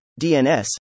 DNS